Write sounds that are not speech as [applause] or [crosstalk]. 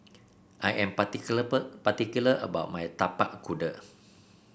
I am [unintelligible] particular about my Tapak Kuda